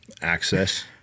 Access